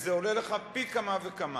וזה עולה לך פי כמה וכמה.